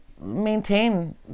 maintain